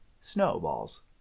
snowballs